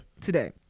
Today